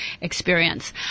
experience